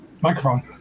microphone